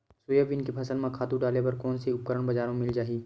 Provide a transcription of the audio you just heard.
Soybean के फसल म खातु डाले बर कोन से उपकरण बजार म मिल जाहि?